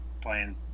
playing